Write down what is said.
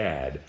Dad